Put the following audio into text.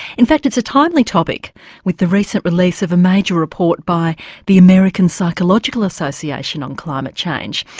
in fact it's a timely topic with the recent release of a major report by the american psychological association on climate change.